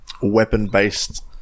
weapon-based